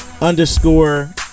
underscore